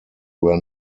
were